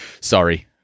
Sorry